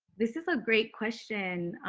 this is a great question,